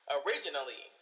originally